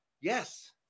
yes